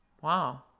Wow